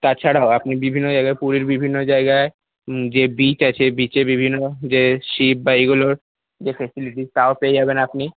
তাছাড়াও আপনি বিভিন্ন জায়গার পুরীর বিভিন্ন জায়গায় যে বিচ আছে বিচে বিভিন্ন যে শিপ বা এইগুলোর যে ফেসিলিটিজ তাও পেয়ে যাবেন আপনি